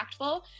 impactful